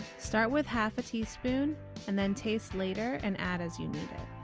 start with half a teaspoon and then taste later and add as you need it.